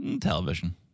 Television